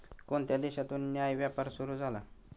कोणत्या देशातून न्याय्य व्यापार सुरू झाला?